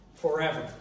Forever